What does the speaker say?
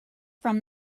from